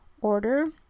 Order